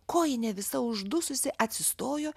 kojinė visa uždususi atsistojo